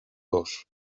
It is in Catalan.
los